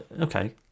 okay